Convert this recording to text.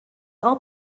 all